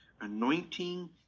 anointing